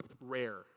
rare